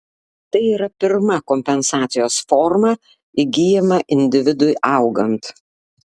tai yra pirma kompensacijos forma įgyjama individui augant